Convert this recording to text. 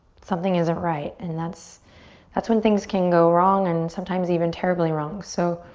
something isn't right and that's that's when things can go wrong and sometimes even terribly wrong. so,